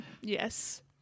Yes